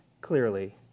clearly